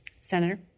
Senator